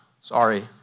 sorry